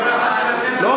לא,